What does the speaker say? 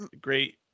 great